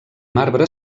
marbre